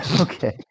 Okay